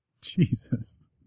Jesus